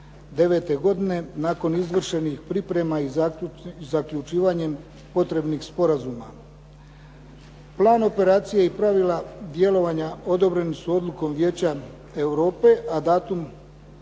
2009. nakon izvršenih priprema i zaključivanjem potrebnih sporazuma. Plan operacije i pravila djelovanja odobreni su odlukom Vijeća Europe, a datum